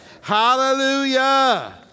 Hallelujah